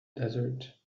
desert